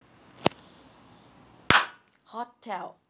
hotel